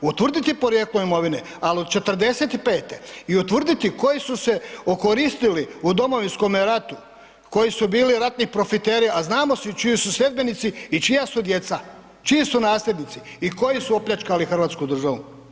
Utvrditi porijeklo imovine, ali od '45. i utvrditi koji su se okoristili u Domovinskom ratu, koji su bili ratni profiteri, a znamo čiji su sljedbenici i čija su djeca, čiji su nasljednici i koji su opljačkali Hrvatsku državu.